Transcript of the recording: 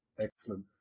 Excellent